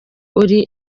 uri